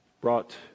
Brought